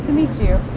meet you